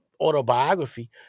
autobiography